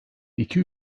iki